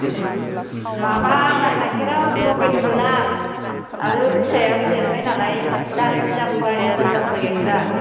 माबा आंना गाइखेरा लकेलसो ना आरो फिसायाबो देरबाय नालाय दाथि जाबोबाय मोजां जाबोबाय गाइखेरा